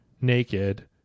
naked